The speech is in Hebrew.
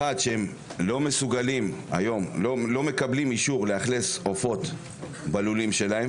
הם לא מסוגלים לקבל אישור לאכלס עופות בלולים שלהם